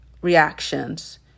reactions